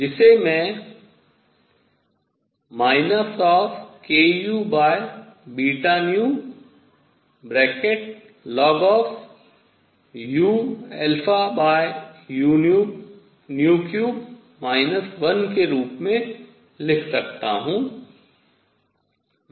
जिसे मैं kuβνln⁡ 1 के रूप में लिख सकता हूँ